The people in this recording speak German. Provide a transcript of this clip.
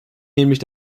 nämlich